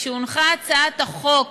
כשהונחה הצעת החוק